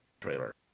trailer